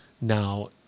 now